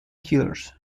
killers